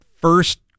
first